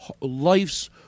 life's